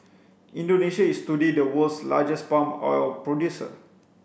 Indonesia is today the world's largest palm oil producer